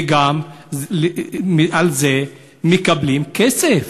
וגם על זה מקבלים כסף.